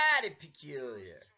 peculiar